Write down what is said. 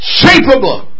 shapeable